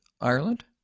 Ireland